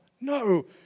no